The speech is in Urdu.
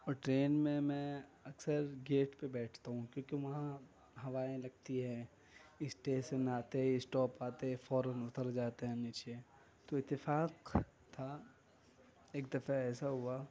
اور ٹرین میں اکثر گیٹ پہ پیٹھتا ہوں کیونکہ وہاں ہوائیں لگتی ہے اسٹیسن آتے ہی اسٹاپ آتے ہی فوراً اتر جاتے ہیں نیچے تو اتفاق تھا ایک دفعہ ایسا ہوا